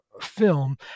film